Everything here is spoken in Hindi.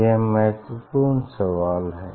यह महत्वपूर्ण सवाल है